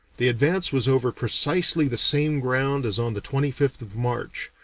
the advance was over precisely the same ground as on the twenty fifth of march,